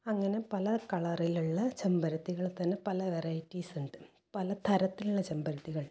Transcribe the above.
അങ്ങനെ പല കളറിലുള്ള ചെമ്പരത്തികൾ തന്നെ പല വെറൈറ്റീസ് ഉണ്ട് പലതരത്തിലുള്ള ചെമ്പരത്തികൾ